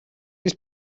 ist